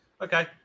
okay